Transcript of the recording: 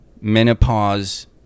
menopause